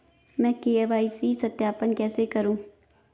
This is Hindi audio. मैं के.वाई.सी सत्यापन कैसे पास करूँ?